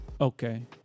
Okay